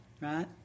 right